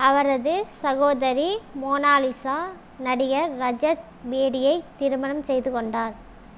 அவரது சகோதரி மோனாலிசா நடிகர் ரஜத் பேடியை திருமணம் செய்து கொண்டார்